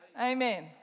Amen